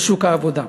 בשוק העבודה.